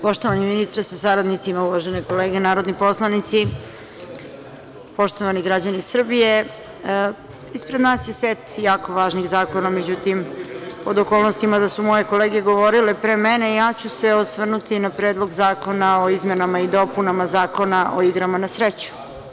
Poštovani ministre sa saradnicima, uvažene kolege narodni poslanici, poštovan građani Srbije, ispred nas je set jako važnih zakona, međutim, pod okolnostima da su moje kolege govorile pre mene, ja ću se osvrnuti na Predlog zakona o izmenama i dopunama Zakona o igrama na sreću.